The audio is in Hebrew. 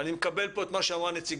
ואני מקבל פה את מה שאמרה נציגת